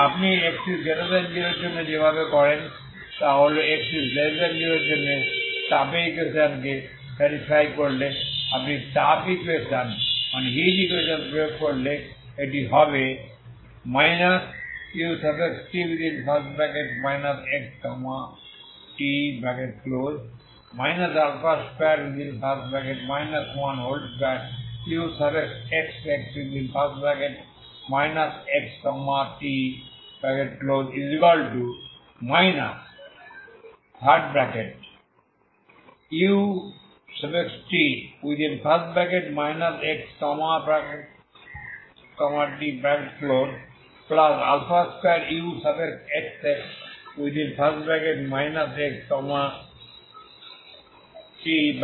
এবং আপনি x0 এর জন্য যেভাবে করবেন তা হল x0 এর জন্য তাপের ইকুয়েশন কে স্যাটিসফাই করলে আপনি তাপ ইকুয়েশন প্রয়োগ করলে এটি হবে ut xt 2 12uxx xt ut xt2uxx xt